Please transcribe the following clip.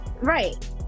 Right